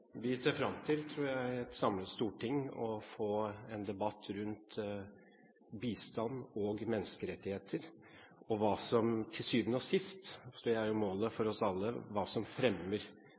tror jeg, å få en debatt rundt bistand og menneskerettigheter og hva som til syvende og sist – det tror jeg er målet for oss alle – fremmer